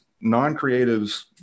Non-creatives